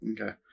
okay